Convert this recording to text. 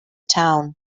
town